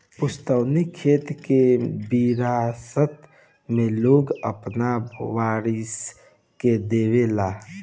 पुस्तैनी खेत के विरासत मे लोग आपन वारिस के देवे ला